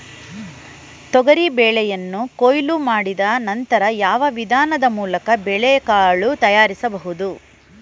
ತೊಗರಿ ಬೇಳೆಯನ್ನು ಕೊಯ್ಲು ಮಾಡಿದ ನಂತರ ಯಾವ ವಿಧಾನದ ಮೂಲಕ ಬೇಳೆಕಾಳು ತಯಾರಿಸಬಹುದು?